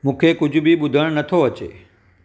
मूंखे कुझु बि ॿुधणु नथो अचे